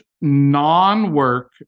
non-work